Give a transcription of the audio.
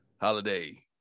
Holiday